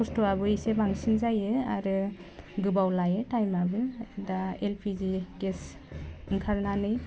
खस्थ'आबो एसे बांसिन जायो आरो गोबाव लायो टाइमआबो दा एलपिजि गेस ओंखारनानै